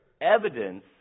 Evidence